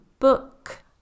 book